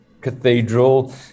cathedral